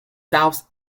south